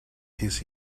his